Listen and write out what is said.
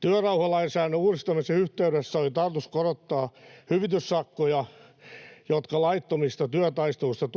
Työrauhalainsäädännön uudistamisen yhteydessä oli tarkoitus korottaa hyvityssakkoja, jotka tuomitaan laittomista työtaisteluista,